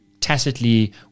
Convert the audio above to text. tacitly